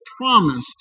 promised